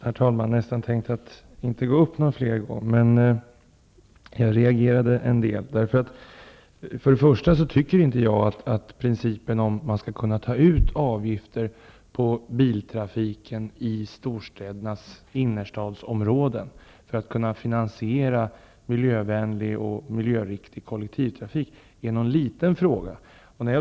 Herr talman! Jag tänkte nästan inte begära ordet igen, men jag reagerade mot det lämnade beskedet. Jag tycker inte att principen om huruvida man skall kunna ta ut avgifter på biltrafiken i storstädernas innerstadsområden för att kunna finansiera miljöriktig kollektivtrafik är någon liten fråga.